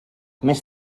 més